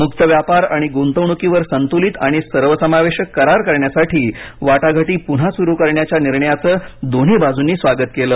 मुक्त व्यापार आणि गुंतवणुकीवर संतुलित आणि सर्वसमावेशक करार करण्यासाठी वाटाघाटी पुन्हा सुरु करण्याच्या निर्णयाचं दोन्ही बाजूंनी स्वागत केलं